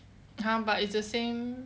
!huh! but it's the same